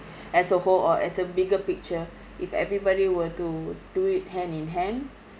as a whole or as a bigger picture if everybody were to do it hand in hand